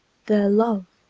their love,